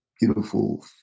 beautiful